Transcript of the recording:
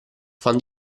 fan